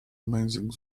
amazing